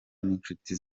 n’inshuti